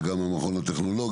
גם את המכון הטכנולוגי,